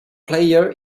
player